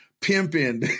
pimping